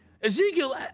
Ezekiel